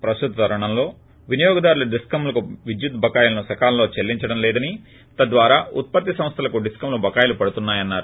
ప్రస్తుత తరుణంలో వినియోగదారులు డిస్కంలకు విద్యుత్ బకాయిలను సకాలంలో చెల్లించడం లేదని తద్వారా ఉత్పత్తి సంస్థలకు డిస్కంలు బకాయిలు పడుతున్నాయన్నారు